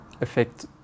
affect